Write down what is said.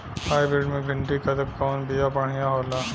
Hybrid मे भिंडी क कवन बिया बढ़ियां होला?